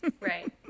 right